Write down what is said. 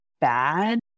bad